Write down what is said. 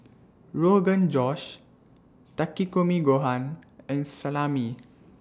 Rogan Josh Takikomi Gohan and Salami